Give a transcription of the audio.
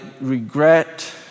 regret